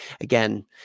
again